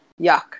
Yuck